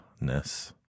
ness